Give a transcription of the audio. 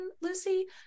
Lucy